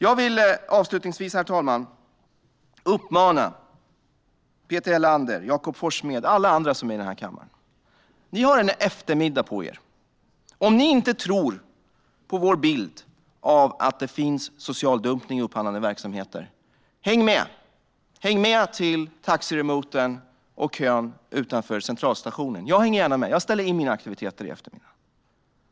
Jag vill avslutningsvis rikta en uppmaning till Peter Helander, Jakob Forssmed och alla andra i den här kammaren. Ni har en eftermiddag på er. Om ni inte tror på vår bild att det finns att det finns social dumpning i upphandlade verksamheter: Häng med! Häng med till taxiremoten och kön utanför Centralstationen. Jag hänger gärna med. Jag ställer in mina aktiviteter i eftermiddag.